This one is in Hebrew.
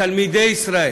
תלמידי ישראל